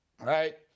Right